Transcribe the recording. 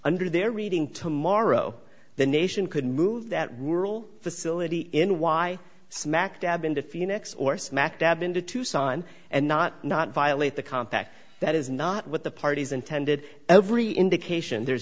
under their reading tomorrow the nation could move that rural facility in why smack dab in the phoenix or smack dab into tucson and not not violate the contract that is not what the parties intended every indication there's